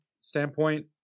standpoint